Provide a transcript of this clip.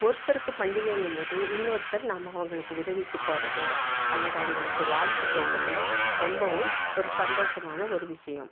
ஒருத்தருக்கு பண்டிகைங்கும் போது இன்னொருத்தர் நாம அவங்களுக்கு உதவிக்கு போகிறதோ அல்லது அவங்களுக்கு வாழ்த்து சொல்கிறதோ ரொம்பவும் ஒரு சந்தோஷமான ஒரு விஷயம்